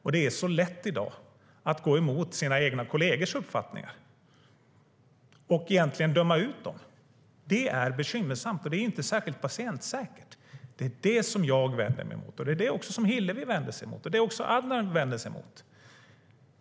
I dag är det mycket lätt att gå emot sina kollegers uppfattningar och egentligen döma ut dem. Det är bekymmersamt, och det är inte särskilt patientsäkert. Det är det som jag vänder mig mot, det är det som Hillevi vänder sig mot och det är det som Adnan vänder sig mot.